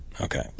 Okay